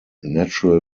natural